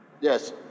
Yes